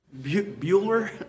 Bueller